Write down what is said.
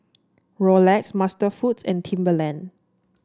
Rolex MasterFoods and Timberland